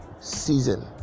season